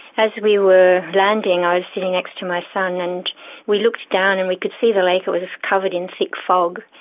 as we were landing i was sitting next to my son and we looked down and we could see the lake, it was covered in thick fog,